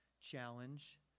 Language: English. challenge